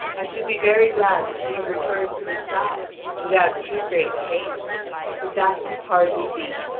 i should be very glad to see you return from inside without too great shame but that could hardly be.